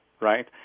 right